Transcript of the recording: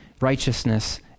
righteousness